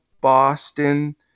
Boston